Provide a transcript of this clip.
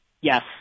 Yes